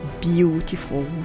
beautiful